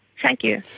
thank you.